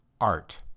art